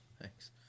thanks